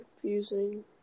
confusing